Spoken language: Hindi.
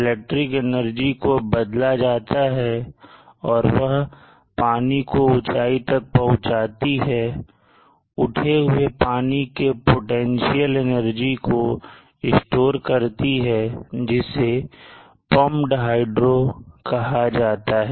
इलेक्ट्रिक एनर्जी को बदला जाता है और वह पानी को ऊंचाई तक पहुँचाती है उठे हुए पानी के पोटेंशियल एनर्जी को स्टोर करती है जिसे pumped hydro कहा जाता है